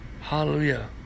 Hallelujah